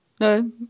No